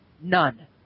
None